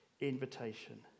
invitation